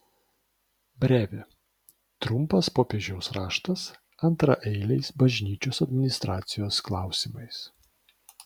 brevė trumpas popiežiaus raštas antraeiliais bažnyčios administracijos klausimais